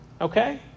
Okay